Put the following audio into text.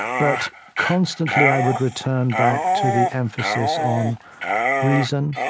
but constantly, i would return back to the emphasis on reason,